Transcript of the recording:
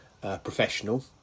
professional